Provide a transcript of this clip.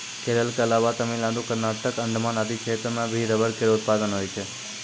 केरल क अलावा तमिलनाडु, कर्नाटक, अंडमान आदि क्षेत्रो म भी रबड़ केरो उत्पादन होय छै